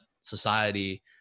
society